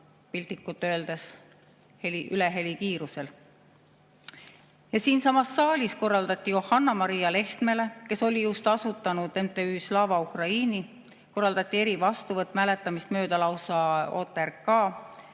piltlikult öeldes ülehelikiirusel. Ja siinsamas saalis korraldati Johanna-Maria Lehtmele, kes oli just asutanud MTÜ Slava Ukraini, erivastuvõtt, mäletamist mööda lausa OTRK,